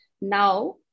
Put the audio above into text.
Now